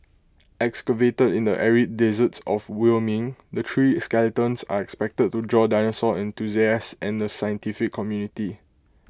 excavated in the arid deserts of Wyoming the three skeletons are expected to draw dinosaur enthusiast and the scientific community